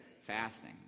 Fasting